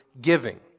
giving